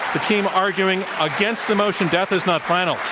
the team arguing against the motion death is not final,